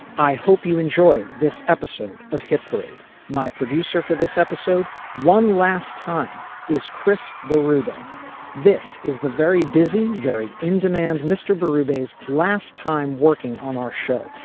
i hope you enjoyed this episode of hit parade my producer for this episode one last time is chris rubin this is the very busy very in demand mr. berube is last time working on our show.